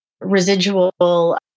residual